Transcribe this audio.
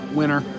winner